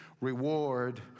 Reward